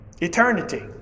eternity